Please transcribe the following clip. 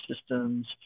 systems